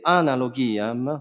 analogiam